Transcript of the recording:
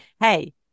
hey